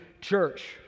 church